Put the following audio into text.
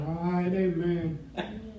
amen